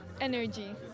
Energy